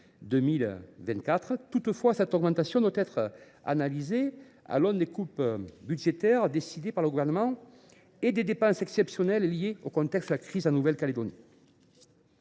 Toutefois, cette augmentation doit être analysée à l’aune des coupes budgétaires décidées par le Gouvernement et des dépenses exceptionnelles liées au contexte de la crise en Nouvelle Calédonie.